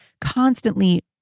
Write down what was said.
constantly